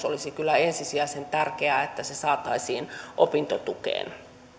olisi kyllä ensisijaisen tärkeää että tämä huoltajakorotus saataisiin opintotukeen